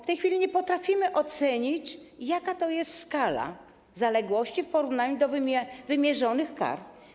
W tej chwili nie potrafimy ocenić, jaka to jest skala zaległości w porównaniu do wymierzonych kar.